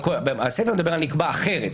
הסיפה מדברת על "נקבע אחרת".